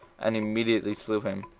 and immediately slew him.